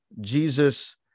Jesus